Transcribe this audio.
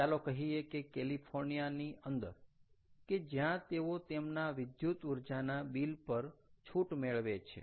ચાલો કહીએ કે કેલિફોર્નિયા ની અંદર કે જ્યાં તેઓ તેમના વિદ્યુત ઊર્જાના બિલ પર છૂટ મેળવે છે